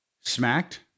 smacked